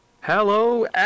Hello